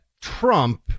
Trump